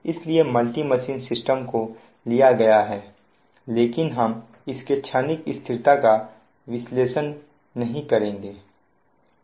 इसलिए multi machine system को लिया गया है लेकिन हम इसके क्षणिक स्थिरता का विश्लेषण नहीं करेंगे